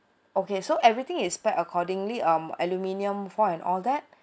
okay so everything is packed accordingly um aluminium foil and all that